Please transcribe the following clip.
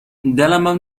دلمم